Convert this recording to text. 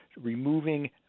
removing